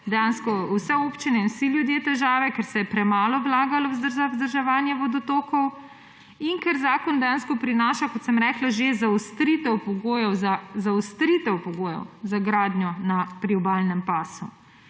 vse občine in vsi ljudje težave, ker se je premalo vlagalo v vzdrževanje vodotokov in ker zakon prinaša že zaostritev pogojev za gradnjo na priobalnem pasu.